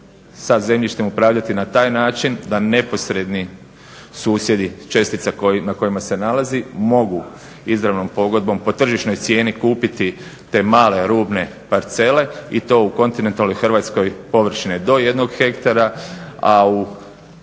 sa zemljištem upravljati na taj način da neposredni susjedi s čestica na kojima se nalazi mogu izravnom pogodbom po tržišnoj cijeni kupiti te male rubne parcele i to u kontinentalnoj Hrvatskoj površine do 1 hektara, a u